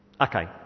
Okay